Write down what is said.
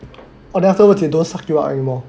oh then afterwards they don't suck it up anymore